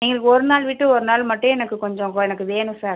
எங்களுக்கு ஒரு நாள் விட்டு ஒரு நாள் மட்டும் எனக்கு கொஞ்சம் எனக்கு வேணும் சார்